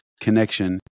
connection